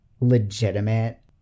legitimate